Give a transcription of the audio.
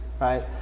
right